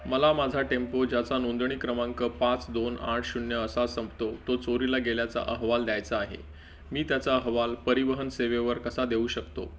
मला माझा टेम्पो ज्याचा नोंदणी क्रमांक पाच दोन आठ शून्य असा संपतो तो चोरीला गेल्याचा अहवाल द्यायचा आहे मी त्याचा अहवाल परिवहन सेवेवर कसा देऊ शकतो